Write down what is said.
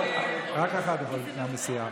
רק אחד יכול מאותה סיעה,